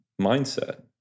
mindset